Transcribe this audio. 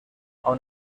aun